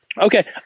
Okay